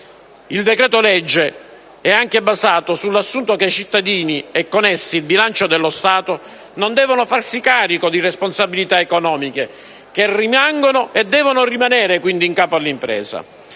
Il decreto-legge è inoltre basato sull'assunto che i cittadini e, con essi, il bilancio dello Stato non devono farsi carico di responsabilità economiche che rimangono e devono rimanere in capo all'impresa.